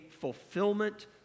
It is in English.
fulfillment